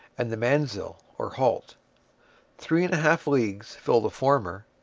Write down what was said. and the manzil, or halt three and a half leagues fill the former,